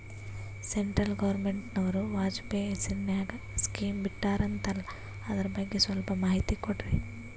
Central ಗವರ್ನಮೆಂಟನವರು ವಾಜಪೇಯಿ ಹೇಸಿರಿನಾಗ್ಯಾ scheme ಬಿಟ್ಟಾರಂತಲ್ಲ ಅದರ ಬಗ್ಗೆ ಸ್ವಲ್ಪ ಮಾಹಿತಿ ಕೊಡ್ರಿ?